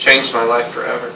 change my life forever